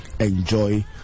enjoy